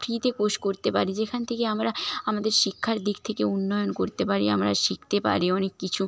ফ্রিতে কোর্স করতে পারি যেখান থেকে আমরা আমাদের শিক্ষার দিক থেকে উন্নয়ন করতে পারি আমরা শিখতে পারি অনেক কিছু